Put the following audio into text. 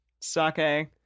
sake